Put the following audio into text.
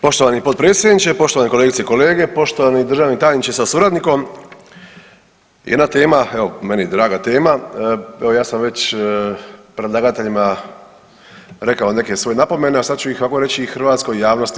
Poštovani potpredsjedniče, poštovane kolegice i kolege, poštovani državni tajniče sa suradnikom, jedna tema evo meni draga tema, evo ja sam već predlagateljima rekao neke svoje napomene, a sad ću ih ovako reći i hrvatskoj javnosti.